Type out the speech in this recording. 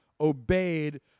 obeyed